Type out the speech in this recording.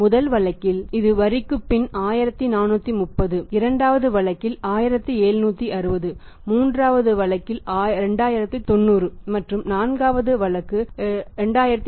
முதல் வழக்கில் இது வரிக்குப் பின் 1430 இரண்டாவது வழக்கில் 1760 மூன்றாவது வழக்கு 2090 மற்றும் நான்காவது வழக்கு 2420